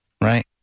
right